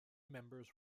members